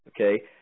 okay